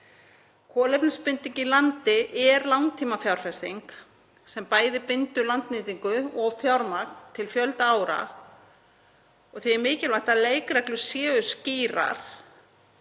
Kolefnisbinding í landi er langtímafjárfesting sem bæði bindur landnýtingu og fjármagn til fjölda ára. Því er mikilvægt að leikreglur séu skýrar.